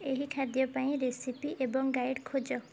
ଏହି ଖାଦ୍ୟ ପାଇଁ ରେସିପି ଏବଂ ଗାଇଡ଼୍ ଖୋଜ